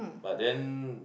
but then